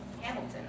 Hamilton